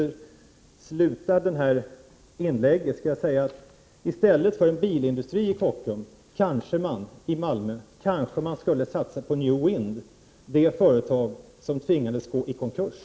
Jag slutar detta inlägg med att säga att i stället för en bilindustri i Kockum i Malmö, kanske man skulle satsa på New Wind — det företag som tvingades gå i konkurs.